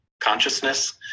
consciousness